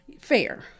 Fair